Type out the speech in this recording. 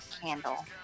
candle